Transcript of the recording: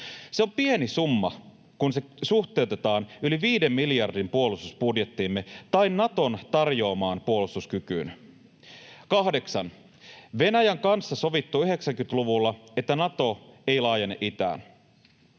Se on pieni summa, kun se suhteutetaan yli 5 miljardin puolustusbudjettiimme tai Naton tarjoamaan puolustuskykyyn. 8) Venäjän kanssa on sovittu 90-luvulla, että Nato ei laajene itään.